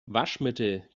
waschmittel